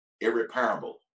irreparable